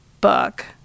book